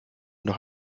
noch